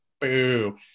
Boo